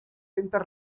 centes